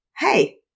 Hey